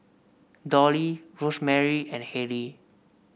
Dolly Rosemary and Hayley